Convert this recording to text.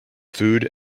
food